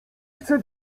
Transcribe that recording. chce